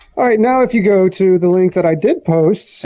alright now if you go to the link that i did post.